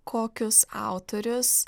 kokius autorius